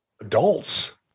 adults